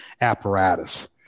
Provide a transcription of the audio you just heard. apparatus